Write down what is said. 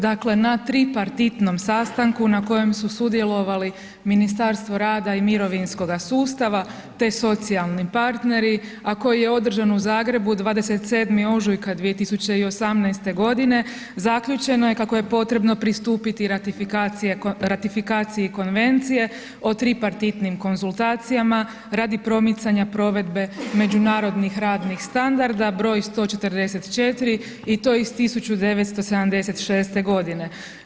Dakle na tripartitnom sastanku na kojem su sudjelovali Ministarstvo rada i mirovinskoga sustava te socijalni partneri a koji je održan u Zagrebu 27. ožujka 2018. godine zaključeno je kako je potrebno pristupiti ratifikaciji Konvencije o tripartitnim konzultacijama radi promicanja provedbe međunarodnih radnih standarda br. 144. i to iz 1976. godine.